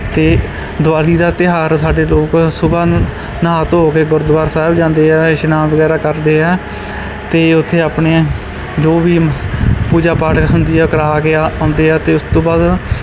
ਅਤੇ ਦਿਵਾਲੀ ਦਾ ਤਿਉਹਾਰ ਸਾਡੇ ਲੋਕ ਸੁਬਹਾ ਨੂੰ ਨਹਾ ਧੋ ਕੇ ਗੁਰਦੁਆਰਾ ਸਾਹਿਬ ਜਾਂਦੇ ਹੈ ਇਸ਼ਨਾਨ ਵਗੈਰਾ ਕਰਦੇ ਹੈ ਅਤੇ ਉੱਥੇ ਆਪਣੇ ਜੋ ਵੀ ਪੂਜਾ ਪਾਠ ਹੁੰਦੀ ਹੈ ਉਹ ਕਰਾ ਕੇ ਆ ਆਉਂਦੇ ਹੈ ਅਤੇ ਉਸ ਤੋਂ ਬਾਅਦ